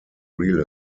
real